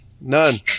None